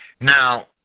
Now